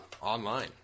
online